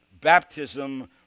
baptism